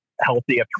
Healthy